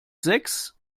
sechs